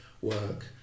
work